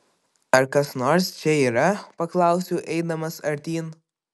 ar kas nors čia yra paklausiau eidamas artyn